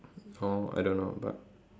oh I don't know but